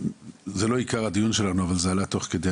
זה לא עיקר הדיון שלנו אבל זה עלה תוך כדי.